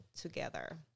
together